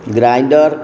grinder